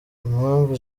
impamvu